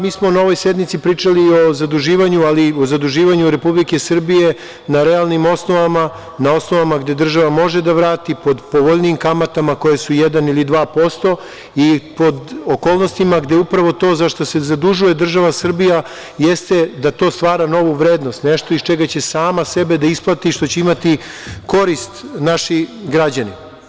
Mi smo na ovoj sednici pričali o zaduživanju, ali o zaduživanju Republike Srbije na realnim osnovama, na osnovama gde država može da vrati pod povoljnijim kamatama koje su jedan ili dva posto i pod okolnostima gde upravo to za šta se zadužuje država Srbija jeste da to stvara novu vrednost, nešto iz čega će sama sebe da isplati, što će imati korist naši građani.